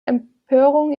empörung